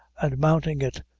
and, mounting it,